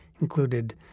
included